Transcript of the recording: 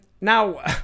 Now